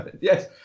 Yes